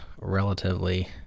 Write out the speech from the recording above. relatively